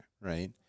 right